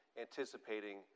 anticipating